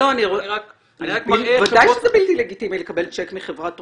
אני רק מראה --- ודאי שזה בלתי לגיטימי לקבל צ'ק מחברת תרופות.